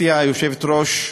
גברתי היושבת-ראש,